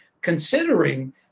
considering